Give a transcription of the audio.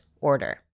order